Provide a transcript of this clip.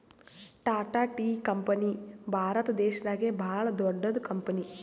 Tata tea company Bharat ದೇಶದಾಗೆ ಭಾಳ್ ದೊಡ್ಡದ್ ಕಂಪನಿ